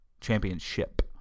Championship